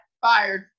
Fired